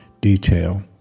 detail